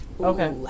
Okay